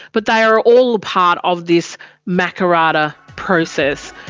but they are all part of this makarrata process,